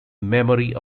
memory